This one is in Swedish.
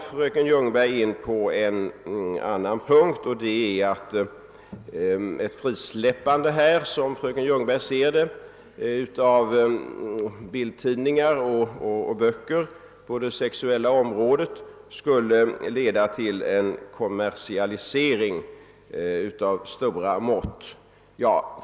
Fröken Ljungberg kom sedan in på en annan punkt och menade att ett frisläppande — som fröken Ljungberg ser det — av bildtidningar och böcker på det sexuella området skulle leda till en kommersialisering av stora mått.